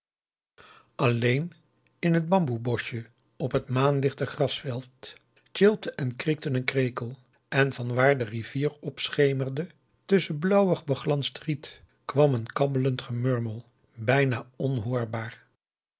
alleen in het bamboe boschje op het maanlichte grasveld tjilpte en kriekte een krekel en vanwaar de rivier opschemerde tusschen blauwig beglansd riet kwam een kabbelend gemurmel bijna